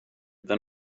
then